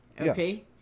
okay